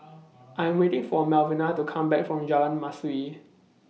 I Am waiting For Melvina to Come Back from Jalan Mastuli